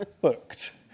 booked